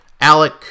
alec